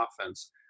offense